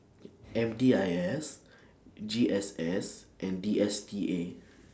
M D I S G S S and D S T A